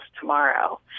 tomorrow